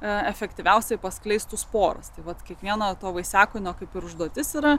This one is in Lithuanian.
efektyviausiai paskleistų sporas tai vat kiekvieną to vaisiakūnio kaip ir užduotis yra